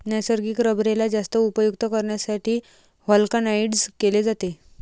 नैसर्गिक रबरेला जास्त उपयुक्त करण्यासाठी व्हल्कनाइज्ड केले जाते